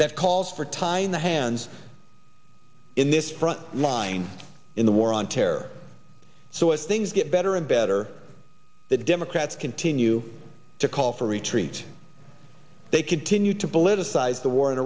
that calls for tying the hands in this front line in the war on terror so if things get better and better the democrats continue to call for retreat they continue to politicize the war in